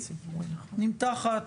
נמתחת,